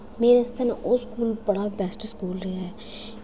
मेरे आस्तै ओह् स्कूल बड़ा बेस्ट स्कूल रेहा ऐ